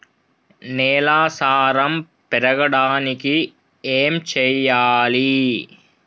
నేల సారం పెరగడానికి ఏం చేయాలి?